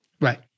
right